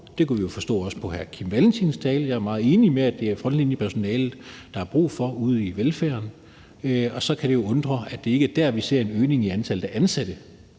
Det kunne vi også forstå på hr. Kim Valentins tale. Jeg er meget enig i, at det er frontlinjepersonale, der er brug for ude i velfærdssamfundet, og så kan det jo undre, at det ikke er der, vi ser en øgning i antallet af ansatte